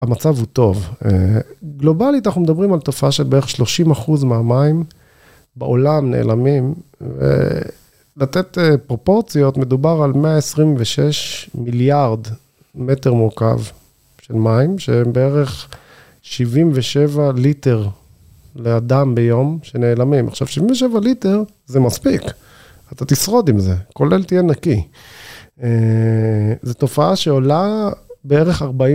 המצב הוא טוב. גלובלית, אנחנו מדברים על תופעה של בערך 30 אחוז מהמים בעולם נעלמים. לתת פרופורציות, מדובר על 126 מיליארד מטר מורכב של מים, שהם בערך 77 ליטר לאדם ביום שנעלמים. עכשיו, 77 ליטר זה מספיק, אתה תשרוד עם זה, כולל תהיה נקי. זו תופעה שעולה בערך 40.